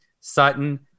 sutton